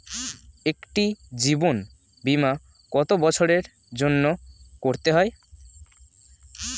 একটি জীবন বীমা কত বছরের জন্য করতে হয়?